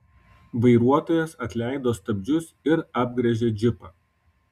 vairuotojas atleido stabdžius ir apgręžė džipą